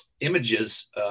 images